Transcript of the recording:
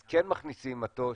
אז כן מכניסים מטוש.